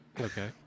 okay